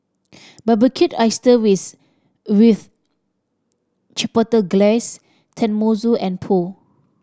Barbecued Oyster with Chipotle Glaze Tenmusu and Pho